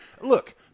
look